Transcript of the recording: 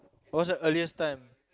what's the earliest time